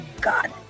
God